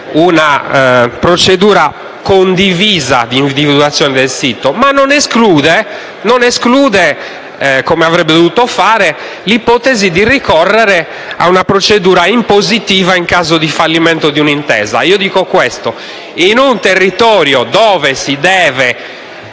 una procedura condivisa di individuazione del sito, ma non esclude, come invece avrebbe dovuto fare, l'ipotesi di ricorrere ad una procedura impositiva in caso di fallimento di un'intesa. In un territorio in cui si deve